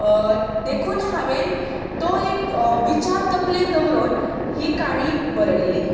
देखून हांवें तो एक विचार तकलेन दवरून ही काणी बरयली